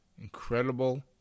incredible